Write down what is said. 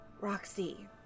Roxy